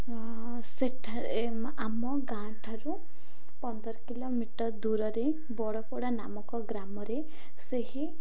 ସେଠାରେ ଆମ ଗାଁଠାରୁ ପନ୍ଦର କିଲୋମିଟର ଦୂରରେ ବଡ଼ପଡ଼ା ନାମକ ଗ୍ରାମରେ ସେହି